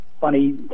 funny